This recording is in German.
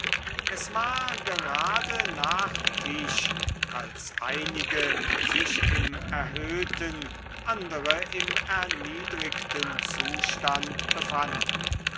es war gerade nach tisch als einige sich im erhöhten andere im erniedrigten zustand befanden